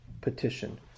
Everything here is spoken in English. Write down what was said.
petition